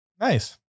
nice